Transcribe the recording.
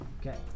Okay